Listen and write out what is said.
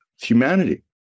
humanity